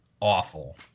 awful